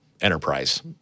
enterprise